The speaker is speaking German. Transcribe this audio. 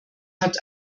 hat